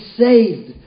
saved